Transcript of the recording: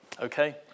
okay